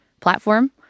platform